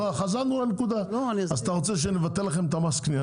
אז חזרנו לנקודה אתה רוצה שנבטל לכם את מס הקנייה?